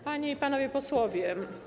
Panie i Panowie Posłowie!